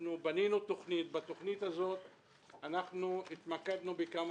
אנחנו בנינו תוכנית ובתוכנית הזאת אנחנו התמקדנו בכמה